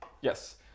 Yes